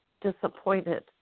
disappointed